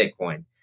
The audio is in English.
Bitcoin